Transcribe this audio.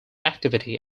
activity